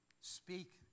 Speak